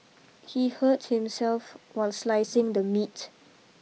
he hurt himself while slicing the meat